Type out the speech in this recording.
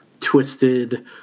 twisted